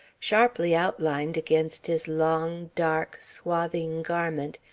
sharply outlined against his long, dark, swathing garment,